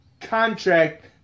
contract